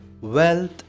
wealth